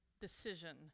decision